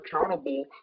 accountable